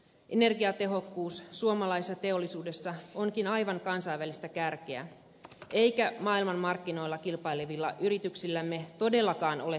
energiatehokkuus suomalaisessa teollisuudessa onkin aivan kansainvälistä kärkeä eikä maailman markkinoilla kilpailevilla yrityksillämme todellakaan ole tuhlaukseen varaa